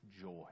joy